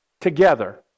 together